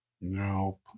Nope